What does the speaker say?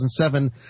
2007